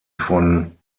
von